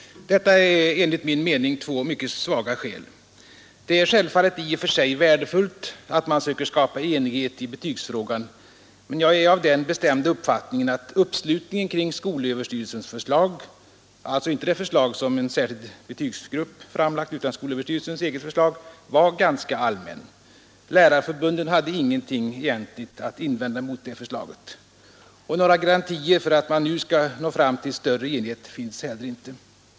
Detta är enligt min mening två mycket svaga skäl. I och för sig är det självfallet värdefullt att man söker skapa enighet i betygsfrågan, men jag är av den bestämda uppfattningen att uppslutningen kring skolöverstyrelsens förslag — alltså inte det förslag som en särskild betygsgrupp framlagt utan skolöverstyrelsens eget förslag — var ganska allmän. Lärarförbunden hade egentligen ingenting att invända mot det förslaget. Och några garantier för att man nu skall nå fram till större enighet finns inte.